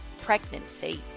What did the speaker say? pregnancy